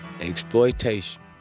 Exploitation